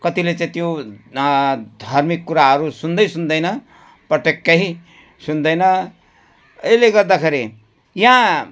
कतिले चाहिँ त्यो धार्मिक कुराहरू सुन्दै सुन्दैन पटक्कै सुन्दैन यसले गर्दाखेरि यहाँ